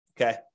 okay